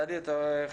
גדי, בבקשה.